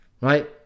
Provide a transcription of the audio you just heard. right